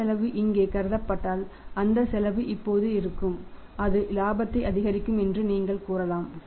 அந்த செலவு இங்கே கருதப்பட்டால் அந்த செலவு இப்போது இருக்கும் அது இலாபத்தை அதிகரிக்கும் என்று நீங்கள் கூறலாம்